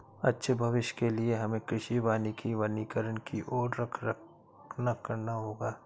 अच्छे भविष्य के लिए हमें कृषि वानिकी वनीकरण की और रुख करना होगा